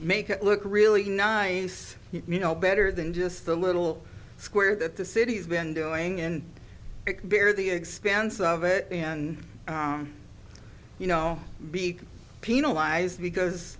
make it look really nice you know better than just a little square that the city's been doing in beer the expanse of it and you know be penalized because